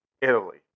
Italy